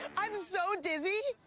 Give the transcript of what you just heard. and i'm so dizzy.